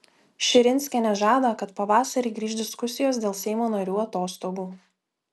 širinskienė žada kad pavasarį grįš diskusijos dėl seimo narių atostogų